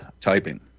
typing